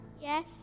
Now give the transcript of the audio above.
Yes